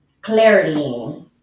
Clarity